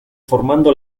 formando